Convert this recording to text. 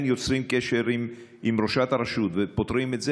יוצרים קשר עם ראשת הרשות ופותרים את זה,